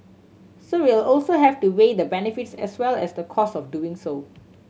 so we'll also have to weigh the benefits as well as the costs of doing so